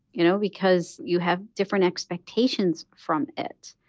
you know, because you have different expectations from it.